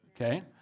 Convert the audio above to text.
Okay